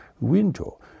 window